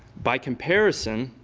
by comparison,